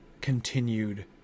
continued